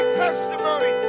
testimony